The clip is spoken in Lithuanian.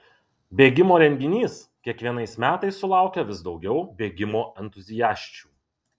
bėgimo renginys kiekvienais metais sulaukia vis daugiau bėgimo entuziasčių